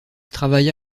travailla